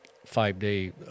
five-day